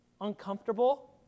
Uncomfortable